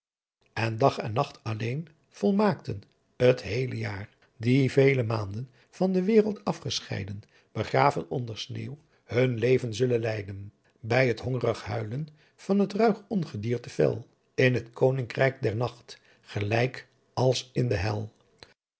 en dagh en nacht alleen volmaaken t heele jaar die veele maanden van de wereld afgescheiden begraven onder sneeuw hun leven zullen leiden by t hongrigh huilen van t ruigh ongedierte fel in t koningrijk der nacht gelijk als in de hel